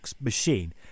machine